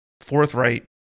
forthright